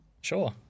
Sure